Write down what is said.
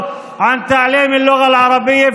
( והשיח הזה כביכול נסב על הצבעה נגד השפה הערבית,